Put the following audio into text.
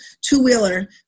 two-wheeler